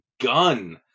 gun